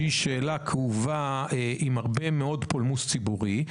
שהיא שאלה כאובה עם הרבה מאוד פולמוס ציבורי,